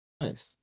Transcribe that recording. Nice